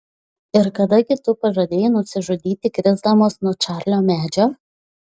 ir kada gi tu pažadėjai nusižudyti krisdamas nuo čarlio medžio